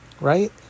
Right